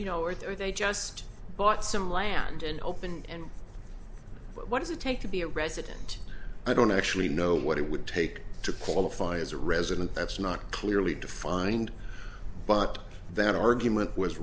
you know or are they just bought some land and opened and what does it take to be a resident i don't actually know what it would take to qualify as a resident that's not clearly defined but that argument was